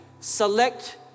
select